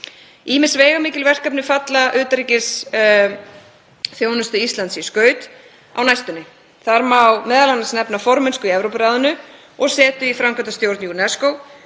Ýmis veigamikil verkefni falla utanríkisþjónustu Íslands í skaut á næstunni. Þar má m.a. nefna formennsku í Evrópuráðinu og setu í framkvæmdastjórn UNESCO.